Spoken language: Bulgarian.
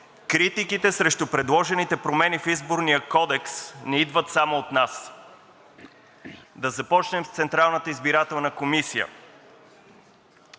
Критиките срещу предложените промени в Изборния кодекс не идват само от нас. Да започнем с Централната избирателна комисия.